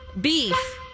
Beef